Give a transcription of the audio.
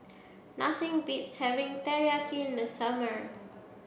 nothing beats having Teriyaki in the summer